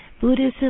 Buddhism